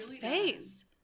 face